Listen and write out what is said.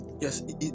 Yes